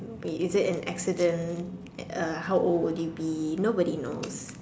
is it an accident uh how old would you be nobody knows